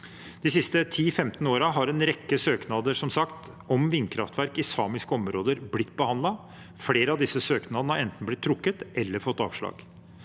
De siste 10–15 årene har en rekke søknader om vindkraftverk i samiske områder blitt behandlet. Flere av disse søknadene har enten blitt trukket eller fått avslag.